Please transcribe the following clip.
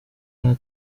nta